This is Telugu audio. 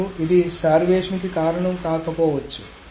మరియు ఇది స్టార్వేషన్ కి కారణం కాకపోవచ్చు